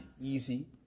easy